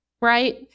right